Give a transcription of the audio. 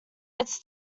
its